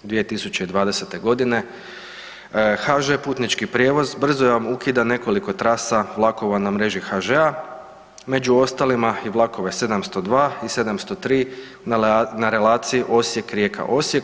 Dana 23. 12. 2020. godine HŽ putnički prijevoz brzo ukida nekoliko trasa na mreži HŽ-a među ostalima vlakove 702 i 703 na relaciji Osijek-Rijeka-Osijek,